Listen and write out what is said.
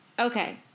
Okay